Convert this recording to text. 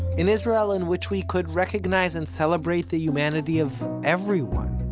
an israel in which we could recognize and celebrate the humanity of everyone.